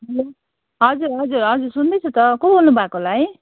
हजुर हजुर हजुर सुन्दैछु त को बोल्नुभएको होला है